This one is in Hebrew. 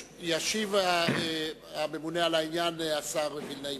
ישיב הממונה על העניין, סגן השר מתן וילנאי.